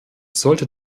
sollte